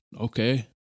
okay